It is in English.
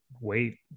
wait